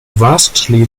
vastly